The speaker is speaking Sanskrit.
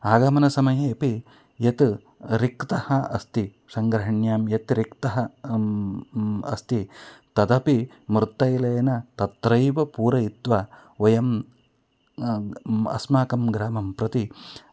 आगमनसमये अपि यत् रिक्तः अस्ति सङ्ग्रहण्यां यत् रिक्तः अस्ति तदपि मृत्तैलेन तत्रैव पूरयित्वा वयं अस्माकं ग्रामं प्रति